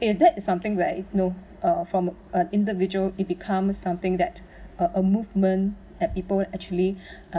if that's something where I know uh from a individual it becomes something that uh a movement that people actually uh